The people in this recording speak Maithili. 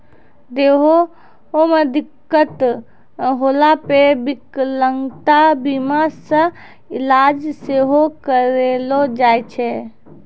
देहो मे दिक्कत होला पे विकलांगता बीमा से इलाज सेहो करैलो जाय छै